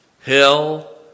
hell